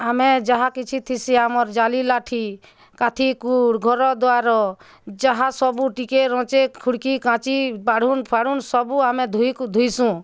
ଆମେ ଯାହା କିଛି ଥିସି ଆମର୍ ଜାଲି ଲାଠି କାଥୀକୁଡ଼୍ ଘରଦ୍ଵାର ଯାହା ସବୁ ଟିକେ ରଁଚେ ଖୁଡ଼କି କଞ୍ଚି ବାଢ଼ୁନ୍ ଫାଡ଼ୁନ୍ ସବୁ ଆମେ ଧୁଇ ଧୋଇସୁଁ